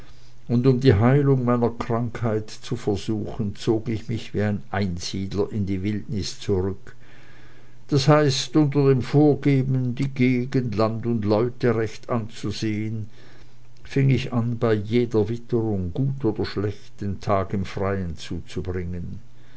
und um die heilung meiner krankheit zu versuchen zog ich mich wie ein einsiedler in die wildnis zurück d h unter dem vorgeben die gegend land und leute recht anzusehen fing ich an bei jeder witterung gut oder schlecht den tag im freien zuzubringen